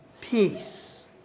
Peace